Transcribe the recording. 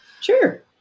Sure